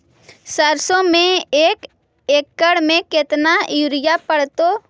सरसों में एक एकड़ मे केतना युरिया पड़तै?